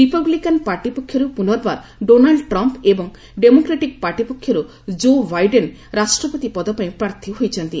Republican party ପକ୍ଷରୁ ପୁନର୍ବାର Donald Trump ଏବଂ ଡେମୋକ୍ରାଟିକ୍ ପାର୍ଟି ପକ୍ଷରୁ ଜୋ ବାଇଡେନ୍ ରାଷ୍ଟ୍ରପତି ପଦ ପାଇଁ ପାର୍ଥୀ ହୋଇଛନ୍ତି